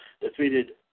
defeated